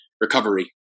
recovery